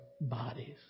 bodies